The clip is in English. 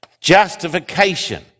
justification